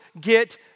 get